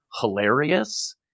hilarious